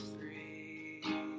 free